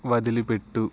వదిలిపెట్టు